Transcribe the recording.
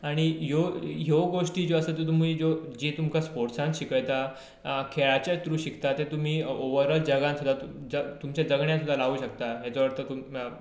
आनी ह्यो ह्यो गोश्टी ज्यो आसा त्यो तुमी ज्यो जें तुमकां स्पोर्टसान शिकयता खेळाचे थ्रू शिकता ते तुमी ऑवररऑल जगान सुद्दां तुमच्या जगण्यान सुद्दां लावूं शकता हाजो अर्थ